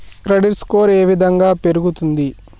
Credit score ఏ విధంగా పెరుగుతుంది?